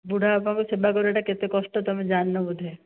ବୁଢ଼ାବାପାଙ୍କ ସେବା କରିବାଟା କେତେ କଷ୍ଟ ତୁମେ ଜାଣିନ ବୋଧେ